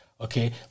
Okay